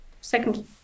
second